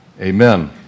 Amen